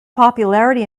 popularity